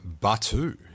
batu